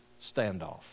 standoff